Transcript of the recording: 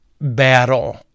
battle